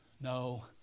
No